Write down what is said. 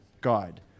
guide